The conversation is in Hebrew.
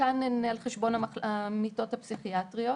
חלקן הן על חשבון המיטות הפסיכיאטריות.